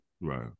Right